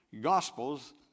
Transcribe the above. gospels